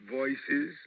voices